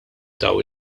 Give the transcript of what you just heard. taw